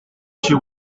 she